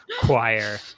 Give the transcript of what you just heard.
choir